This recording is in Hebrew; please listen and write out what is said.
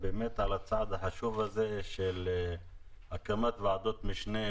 על הצעד החשוב הזה של הקמת ועדות משנה